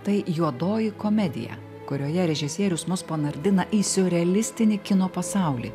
tai juodoji komedija kurioje režisierius mus panardina į siurrealistinį kino pasaulį